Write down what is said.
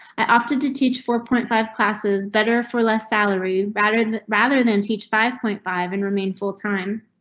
i opted to teach four point five class is better for less salary rather than rather than teach five point five and remain full time.